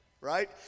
Right